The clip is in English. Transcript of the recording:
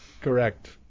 Correct